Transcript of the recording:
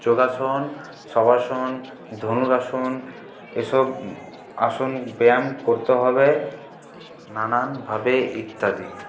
যোগাসন শবাসন ধনুরাসন এসব আসন ব্যায়াম করতে হবে নানানভাবে ইত্যাদি